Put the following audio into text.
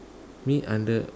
mean under